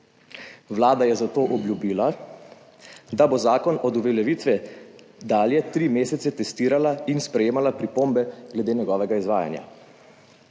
Vlada je zato obljubila, da bo zakon od uveljavitve dalje tri mesece testirala in sprejemala pripombe glede njegovega izvajanja.